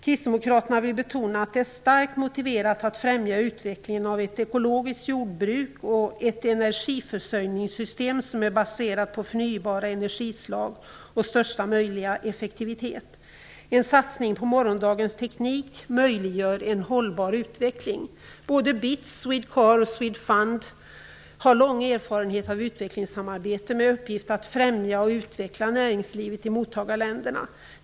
Kristdemokraterna vill betona att det är starkt motiverat att främja utvecklingen av ett ekologiskt jordbruk och ett energiförsörjningssystem baserat på förnybara energislag och största möjliga effektivitet. En satsning på morgondagens teknik möjliggör en hållbar utveckling. Både BITS, Swedecorp och Swedfund har lång erfarenhet av utvecklingssamarbete med uppgift att främja och utveckla näringslivet i mottagarländerna.